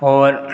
और